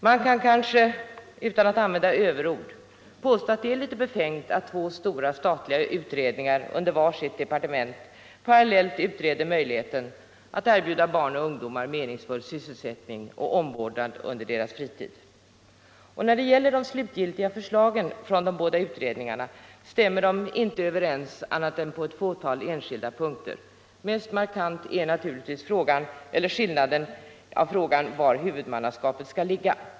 Man kan kanske, utan att använda överord, påstå att det är litet befängt att två stora statliga utredningar under var sitt departement parallellt utreder möjligheten att erbjuda barn och ungdomar meningsfull sysselsättning och omvårdnad under deras fritid. De slutgiltiga förslagen från de båda utredningarna stämmer inte överens annat än på ett fåtal enskilda punkter. Mest markant är naturligtvis skillnaden när det gäller frågan var huvudmannaskapet skall ligga.